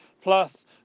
Plus